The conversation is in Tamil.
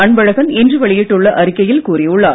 அன்பழகன் இன்று வெளியிட்டுள்ள தமது அறிக்கையில் கூறியுள்ளார்